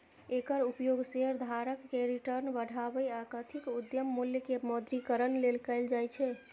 एकर उपयोग शेयरधारक के रिटर्न बढ़ाबै आ कथित उद्यम मूल्य के मौद्रीकरण लेल कैल जाइ छै